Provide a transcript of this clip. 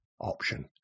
option